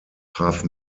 traf